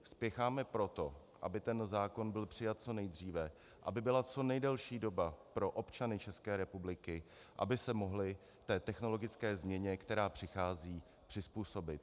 Spěcháme proto, aby ten zákon byl přijat co nejdříve, aby byla co nejdelší doba pro občany České republiky, aby se mohli té technologické změně, která přichází, přizpůsobit.